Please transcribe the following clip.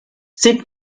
sind